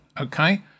okay